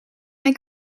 make